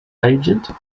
agent